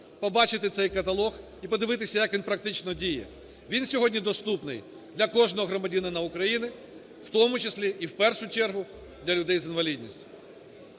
побачити цей каталог і подивитися, як він практично діє. Він сьогодні доступний для кожного громадянина України, в тому числі і в першу чергу, для людей з інвалідністю.